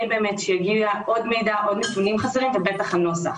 שהגיע עוד מידע ועוד נתונים ובטח הנוסח.